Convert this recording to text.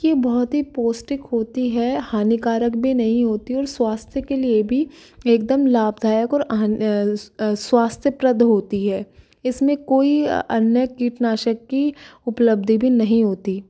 कि बहुत ही पौष्टिक होती है हानिकारक भी नहीं होती है और स्वास्थ्य के लिए भी एकदम लाभदायक और स्वास्थयप्रद होती है इसमें कोई अन्य कीटनाशक की उपलब्धि भी नहीं होती